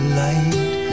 light